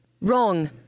Wrong